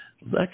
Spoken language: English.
Next